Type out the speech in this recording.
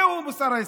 זהו מוסר ההשכל.